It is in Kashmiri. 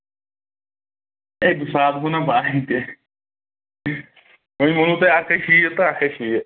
ہَے زٕ ساس گوٚو نا واریاہ تیٚلہِ وۄنۍ ووٚنوٕ تۄہہِ اکھ ہَتھ شیٖتھ تہٕ اکھ ہَتھ شیٖتھ